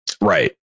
Right